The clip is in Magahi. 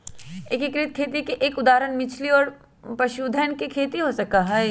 एकीकृत खेती के एक उदाहरण मछली और पशुधन के खेती हो सका हई